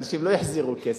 אנשים לא יחזירו כסף,